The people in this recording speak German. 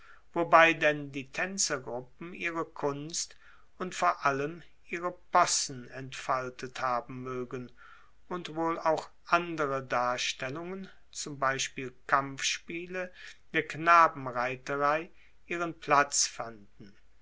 wobei denn die taenzergruppen ihre kunst und vor allem ihre possen entfaltet haben moegen und wohl auch andere darstellungen zum beispiel kampfspiele der knabenreiterei ihren platz fanden